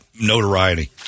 notoriety